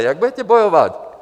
Jak budete bojovat?